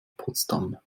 potsdam